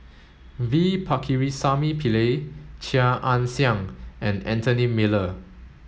V Pakirisamy Pillai Chia Ann Siang and Anthony Miller